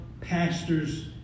pastors